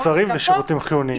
ושירותים חיוניים".